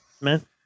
meant